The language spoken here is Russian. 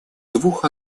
двух